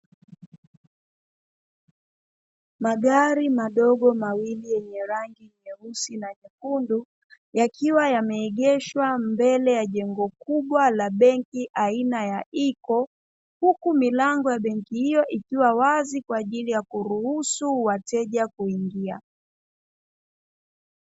Magari madogo mawili yenye rangi nyeusi na nyekundu yakiwa yameegeshwa mbele ya jengo kubwa la benki aina ya "IKO",Huku milango ya benki hiyo ikiwa wazi kwaajili ya kuruhusu wateja kuingia.